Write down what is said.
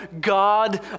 God